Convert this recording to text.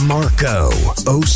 Marco